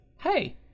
Hey